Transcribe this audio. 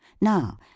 now